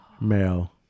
Male